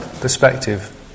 perspective